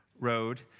road